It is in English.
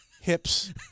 hips